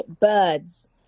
birds